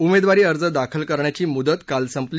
उमेदवारी अर्ज दाखल करण्याची मुदत काल संपली